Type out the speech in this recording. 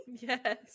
Yes